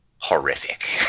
horrific